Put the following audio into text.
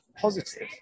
positive